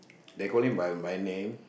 they call me by my name